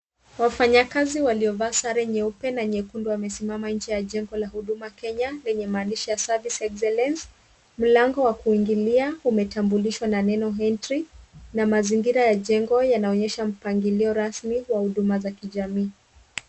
Wafanyakazi waliovaa sare nyeupe na nyekundu wamesimama nje ya jengo la Huduma Kenya lenye maandishi ya Service Excellence . Mlango wa kuingilia umetambulishwa na neno Entry na mazingira ya jengo yanaonyesha mpangilio rasmi wa huduma za kijamii.